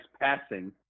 passing